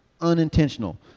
unintentional